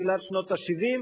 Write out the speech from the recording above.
תחילת שנות ה-70.